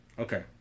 Okay